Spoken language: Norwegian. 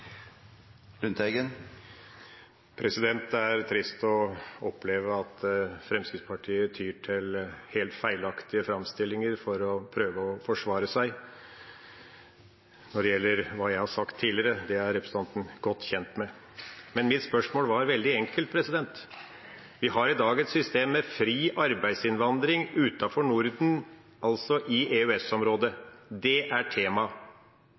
Det er trist å oppleve at Fremskrittspartiet tyr til helt feilaktige framstillinger for å prøve å forsvare seg. Når det gjelder hva jeg har sagt tidligere, er representanten godt kjent med det. Mitt spørsmål var veldig enkelt: Vi har i dag et system med fri arbeidsinnvandring utenfor Norden, altså i EØS-området. Det er temaet.